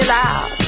loud